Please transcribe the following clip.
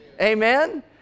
amen